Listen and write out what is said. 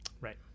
right